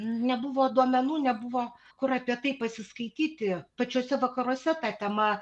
nebuvo duomenų nebuvo kur apie tai pasiskaityti pačiuose vakaruose ta tema